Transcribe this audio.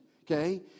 okay